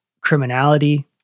criminality